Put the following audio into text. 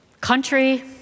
country